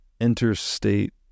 interstate